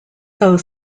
though